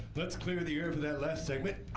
let's clear the air for that last segment.